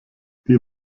die